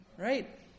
Right